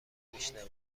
میشنوه